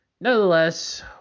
nonetheless